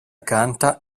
canta